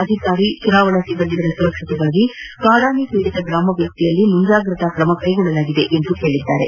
ಅಧಿಕಾರಿ ಚುನಾವಣಾ ಸಿಬ್ಬಂದಿಗಳ ಸುರಕ್ಷತೆಗಾಗಿ ಕಾಡಾನೆ ಪೀಡಿತ ಗ್ರಾಮವ್ಯಾಪ್ತಿಯಲ್ಲಿ ಮುಂಜಾಗ್ರತಾ ಕ್ರಮ ಕೈಗೊಳ್ಳಲಾಗಿದೆ ಎಂದು ಹೇಳಿದ್ದಾರೆ